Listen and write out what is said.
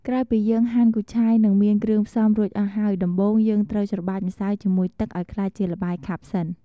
ក្រោយពីយើងហាន់គូឆាយ និងមានគ្រឿងផ្សំរួចអស់ហើយ ដំបូងយើងត្រូវច្របាច់ម្សៅជាមួយទឹកឱ្យក្លាយជាល្បាយខាប់សិន។